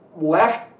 left